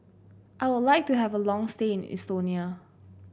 I would like to have a long stay in Estonia